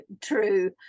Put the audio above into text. true